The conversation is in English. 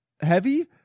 heavy